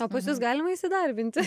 o pas jus galima įsidarbinti